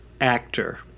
actor